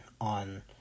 on